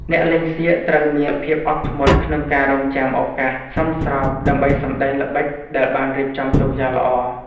អ្នកលេងសៀកត្រូវមានភាពអត់ធ្មត់ក្នុងការរង់ចាំឱកាសសមស្របដើម្បីសម្តែងល្បិចដែលបានរៀបចំទុកយ៉ាងល្អ។